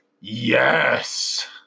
Yes